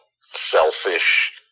selfish